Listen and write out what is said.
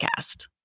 podcast